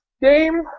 game